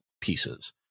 pieces